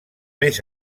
més